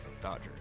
Dodger